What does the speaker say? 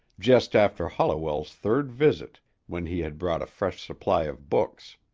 just after holliwell's third visit when he had brought a fresh supply of books.